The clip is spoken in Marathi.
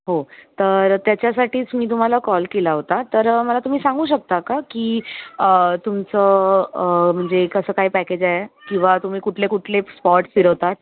हो तर त्याच्यासाठीच मी तुम्हाला कॉल केला होता तर मला तुम्ही सांगू शकता का की तुमचं म्हणजे कसं काय पॅकेज आहे किंवा तुम्ही कुठले कुठले स्पॉट फिरवतात